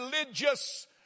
religious